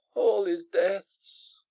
all is death's.